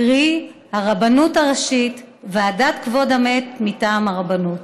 קרי, הרבנות הראשית וועדת כבוד המת מטעם הרבנות.